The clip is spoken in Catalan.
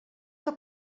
que